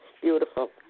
Beautiful